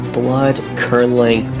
blood-curdling